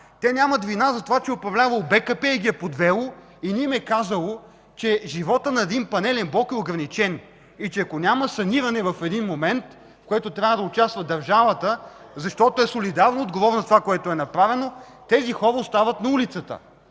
Те нямат вина за това, че е управлявала БКП и ги е подвела, и не им е казала, че животът на един панелен блок е ограничен и че в един момент ако няма саниране, в което трябва да участва държавата, защото е солидарно отговорна за това, което е направено, тези хора остават на улицата.